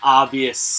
obvious